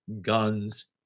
guns